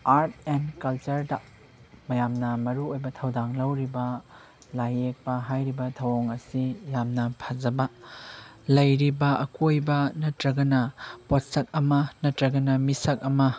art and ꯀꯜꯆꯔꯗ ꯃꯌꯥꯝꯅ ꯃꯔꯨ ꯑꯣꯏꯕ ꯊꯧꯗꯥꯡ ꯂꯧꯔꯤꯕ ꯂꯥꯏ ꯌꯦꯛꯄ ꯍꯥꯏꯔꯤꯕ ꯊꯧꯑꯣꯡ ꯑꯁꯤ ꯌꯥꯝꯅ ꯐꯖꯕ ꯂꯩꯔꯤꯕ ꯑꯀꯣꯏꯕ ꯅꯠꯇ꯭ꯔꯒꯅ ꯄꯣꯠꯁꯛ ꯑꯃ ꯅꯠꯇ꯭ꯔꯒꯅ ꯃꯤꯁꯛ ꯑꯃ